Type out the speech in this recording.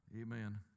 Amen